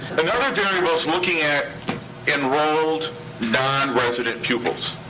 another variable's looking at enrolled non-resident pupils.